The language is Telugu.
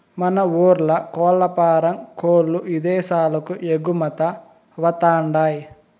మన ఊర్ల కోల్లఫారం కోల్ల్లు ఇదేశాలకు ఎగుమతవతండాయ్